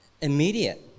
immediate